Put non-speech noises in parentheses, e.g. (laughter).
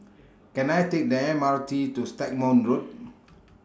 Can I Take The M R T to Stagmont Road (noise)